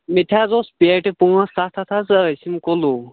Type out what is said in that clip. مےٚ تہِ حظ اوس پیٹہِ پانٛژھ سَتھ ہتھ حظ ٲسۍ یِم کُلوٗ